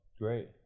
Great